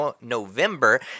November